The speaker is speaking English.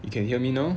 you can hear me now